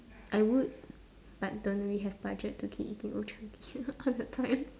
I would but don't really have budget to keep eating old chang kee all the time